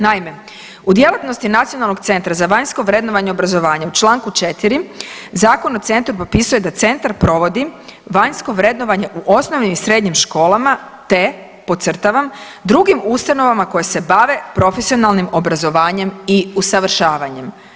Naime, u djelatnosti Nacionalnog centra za vanjsko vrednovanje obrazovanja u čl. 4. Zakon o centru propisuje da centar provodi vanjsko vrednovanje u osnovnim i srednjim školama, te podcrtavam, drugim ustanovama koje se bave profesionalnim obrazovanjem i usavršavanjem.